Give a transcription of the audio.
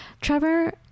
Trevor